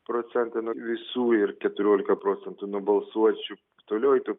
procentai nuo visų ir keturiolika procentų nuo balsuočių toliau eitų